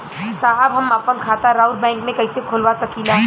साहब हम आपन खाता राउर बैंक में कैसे खोलवा सकीला?